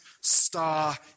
star